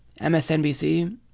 MSNBC